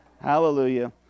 Hallelujah